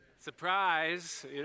Surprise